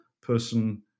person